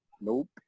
Nope